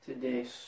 today